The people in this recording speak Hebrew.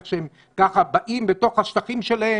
איך שהם ככה באים בתוך השטחים שלהם,